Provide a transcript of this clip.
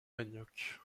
manioc